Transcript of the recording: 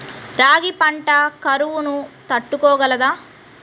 రాగి పంట కరువును తట్టుకోగలదా?